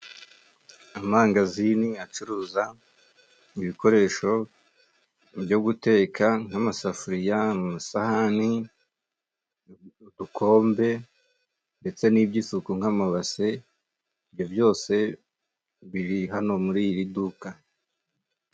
Amangazini acuruza ibikoresho byo guteka nk'amasafuriya, amasahani, udukombe ndetse n'iby'isuku nk'amabase ibyo byose biri hano muri iri duka.